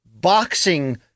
boxing